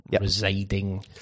residing